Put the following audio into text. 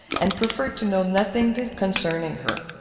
and preferred to know nothing concerning her.